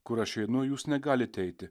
kur aš einu jūs negalite eiti